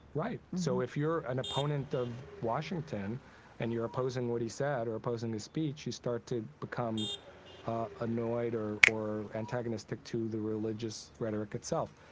right. so if you're an opponent of washington and you're opposing what he said or opposing his speech, you start to become annoyed or or antagonistic to the religious rhetoric itself.